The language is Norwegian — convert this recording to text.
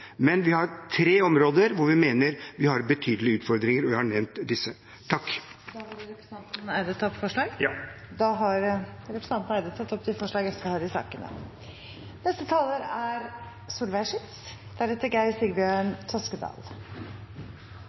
men vi har tre områder hvor vi mener at vi har betydelige utfordringer, og jeg har nevnt disse. Vil representanten Eide ta opp forslag? Ja. Da har representanten Petter Eide tatt opp de forslagene han refererte til. Skal vi sikre frihet og like muligheter for alle, er